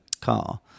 car